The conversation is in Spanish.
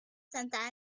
santa